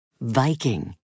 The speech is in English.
Viking